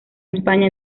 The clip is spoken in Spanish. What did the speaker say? españa